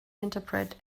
interpret